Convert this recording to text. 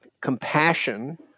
compassion